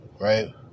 right